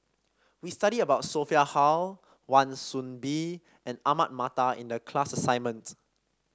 we studied about Sophia Hull Wan Soon Bee and Ahmad Mattar in the class assignment